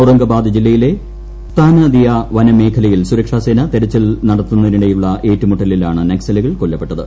ഔറംഗബാദ് ജില്ലയിലെ സത്നാദിയ വനമേഖലയിൽ സുരക്ഷാസേന തെരച്ചിൽ നടത്തുന്നതിനിടെയുള്ള ഏറ്റുമുട്ടലിലാണ് നക്സലുകൾ കൊല്ലപ്പെട്ടത്